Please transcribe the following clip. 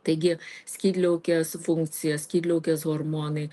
taigi skydliaukės funkcija skydliaukės hormonai